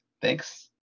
thanks